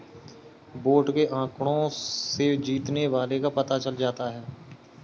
vote के आंकड़ों से जीतने वाले का पता चल जाता है